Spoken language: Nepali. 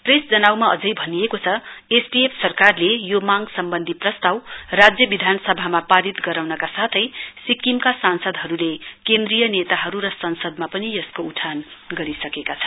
प्रेस जनाउमा अझै भनिएको छ एसडिएफ सरकारले यो मागं सम्बन्धी प्रस्ताव राज्य विधानसभामा पारित गराउनका साथै सिक्किमका सांसदहरुले केन्द्रीय नेताहरु सर संसदमा पनि यसको उठान गरिसकेका छन्